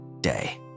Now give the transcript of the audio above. day